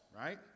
right